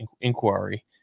inquiry